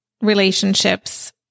relationships